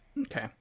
Okay